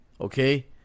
Okay